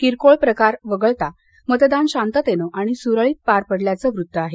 किरकोळ प्रकार वगळता मतदान शांततेनं आणि सुरळीत पार पडल्याचं वृत्त आहे